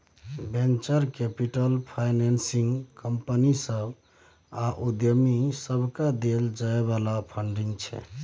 venture capital financing company सभ आ उद्यमी सबकेँ देल जाइ बला फंडिंग छै